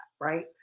right